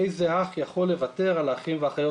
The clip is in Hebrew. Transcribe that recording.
איזה אח יכול לוותר על האחים והאחיות